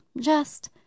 just—